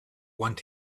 want